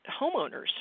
homeowners